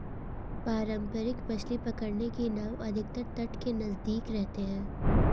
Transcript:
पारंपरिक मछली पकड़ने की नाव अधिकतर तट के नजदीक रहते हैं